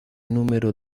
número